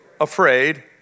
afraid